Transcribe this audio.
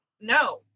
no